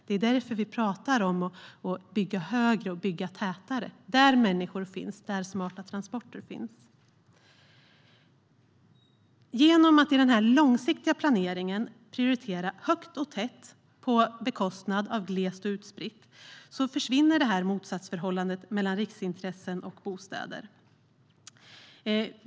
Det är därför som vi bygger högre och tätare där människor och smarta transporter finns. Genom att man i den långsiktiga planeringen prioriterar högt och tätt på bekostnad av glest och utspritt försvinner motsatsförhållandet mellan riksintressen och bostäder.